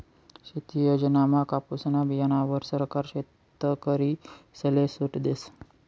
शेती योजनामा कापुसना बीयाणावर सरकार शेतकरीसले सूट देस